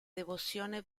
devozione